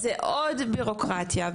אז זה עוד בירוקרטיה,